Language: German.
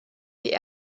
die